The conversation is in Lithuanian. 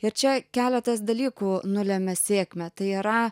ir čia keletas dalykų nulemia sėkmę tai yra